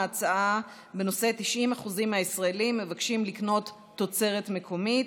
הצעות לסדר-היום בנושא: 90% מהישראלים מבקשים לקנות תוצרת מקומית,